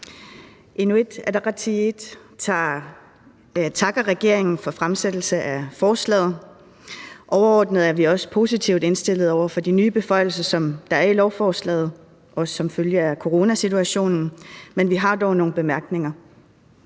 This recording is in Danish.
ordet. Inuit Ataqatigiit takker regeringen for fremsættelsen af forslaget. Overordnet er vi også positivt indstillet over for de nye beføjelser, som der er i lovforslaget, også som følge af coronasituationen, men vi har dog nogle bemærkninger.